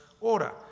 order